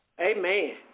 Amen